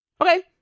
Okay